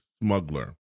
smuggler